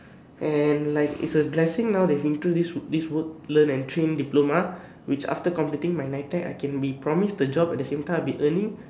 and like its a blessing now that's into this this work learn and train diploma which after completing my N_I_T_E_C I can be promised a job at the same time I will be earning